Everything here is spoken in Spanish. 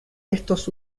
estos